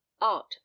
art